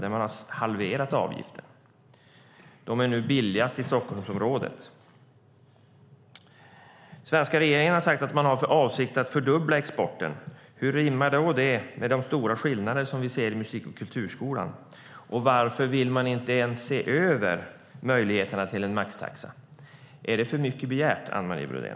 Man har halverat avgiften, och de har nu den lägsta avgiften i Stockholmsområdet. Den svenska regeringen har sagt att man har för avsikt att fördubbla exporten. Hur rimmar det med de stora skillnader som vi ser inom musik och kulturskolan, och varför vill man inte ens se över möjligheterna till en maxtaxa? Är det för mycket begärt, Anne Marie Brodén?